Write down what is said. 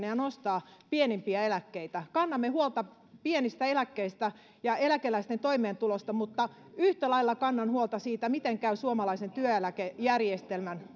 ja ja nostaa pienimpiä eläkkeitä kannamme huolta pienistä eläkkeistä ja eläkeläisten toimeentulosta mutta yhtä lailla kannan huolta siitä miten käy suomalaisen työeläkejärjestelmän